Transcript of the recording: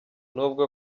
nubwo